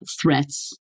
threats